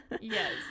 Yes